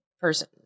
person